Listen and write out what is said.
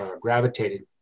gravitated